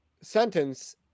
sentence